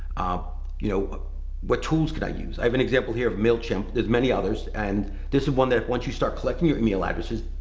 ah you know what tools could i use? i have an example here of mailchimp. there's many others. and this is one that once you start collecting your email addresses,